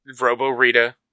Robo-Rita